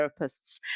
therapists